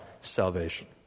salvation